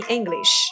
English